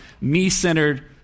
me-centered